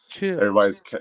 everybody's